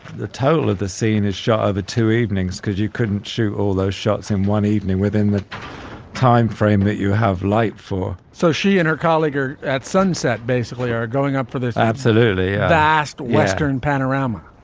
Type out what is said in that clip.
the total of the scene is shot over two evenings because you couldn't shoot all those shots in one evening within the time frame that you have light for. so she and her colleague are at sunset, basically are going up for this absolutely vast western panorama.